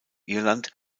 irland